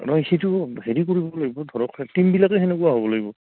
অঁ এই সেইটো হেৰি কৰিব লাগিব ধৰক টীমবিলাকেই তেনেকুৱা হ'ব লাগিব